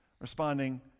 responding